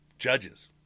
Judges